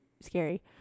Scary